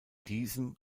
diesem